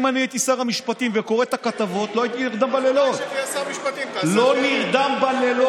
אם אני הייתי שר המשפטים וקורא את הכתבות לא הייתי נרדם בלילות.